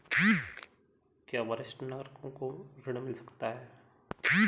क्या वरिष्ठ नागरिकों को ऋण मिल सकता है?